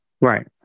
Right